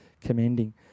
commending